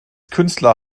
künstler